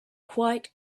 quite